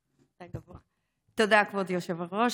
תודה, כבוד היושב-ראש.